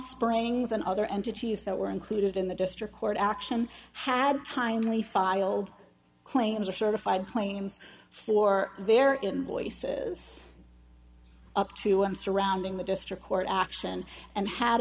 springs and other entities that were included in the district court action had timely filed claims or certified claims for their invoices up to him surrounding the district court action and had